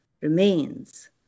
remains